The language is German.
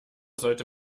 sollte